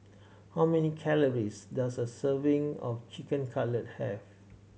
how many calories does a serving of Chicken Cutlet have